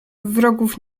wrogów